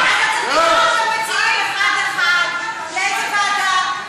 אתה צריך לשאול את המציעים אחד אחד לאיזו ועדה.